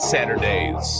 Saturdays